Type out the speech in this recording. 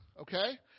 okay